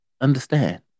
understand